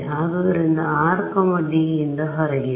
ಆದ್ದರಿಂದ r D ಯಿಂದ ಹೊರಗಿದೆ